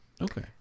okay